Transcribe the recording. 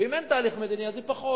ואם אין תהליך מדיני, אז היא פחות.